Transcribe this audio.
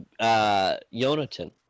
Yonatan